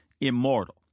immortal